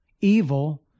evil